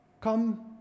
come